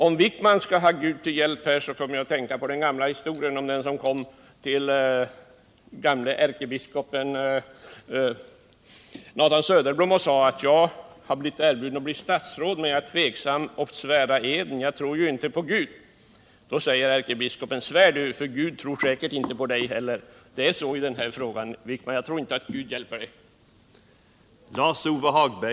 Om Anders Wijkman skall ha Gud till hjälp här, kommer jag att tänka på den gamla historien om den som kom till gamle ärkebiskopen Nathan Söderblom och sade: Jag har blivit erbjuden att bli statsråd, men jag är tveksam att svära eden — jag tror ju inte på Gud. Då säger ärkebiskopen: Svär du, för Gud tror säkert inte på dig heller. Det är så i den här frågan, Anders Wijkman, jag tror inte att Gud hjälper er.